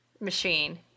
machine